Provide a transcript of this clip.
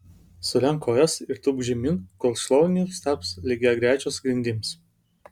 sulenk kojas ir tūpk žemyn kol šlaunys taps lygiagrečios grindims